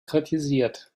kritisiert